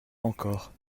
encore